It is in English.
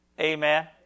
Amen